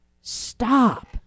stop